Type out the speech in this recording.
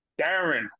Darren